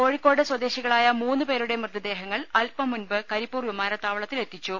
കോഴിക്കോട് സ്വദേശികളായ മൂന്ന് പേരുടെ മൃതദേഹങ്ങൾ അൽപം മുൻപ് കരിപ്പൂർ വിമാനത്താവളത്തിൽ എത്തിച്ചു